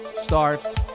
starts